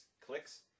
clicks